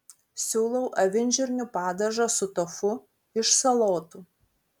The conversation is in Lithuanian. siūlau avinžirnių padažą su tofu iš salotų